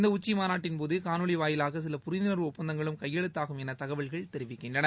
இந்த உச்சி மாநாட்டின்போது காணொலி வாயிலாக சில புரிந்துணர்வு ஒப்பந்தங்களும் கையெழுத்தாகும் என தகவல்கள் தெரிவிக்கின்றன